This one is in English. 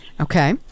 Okay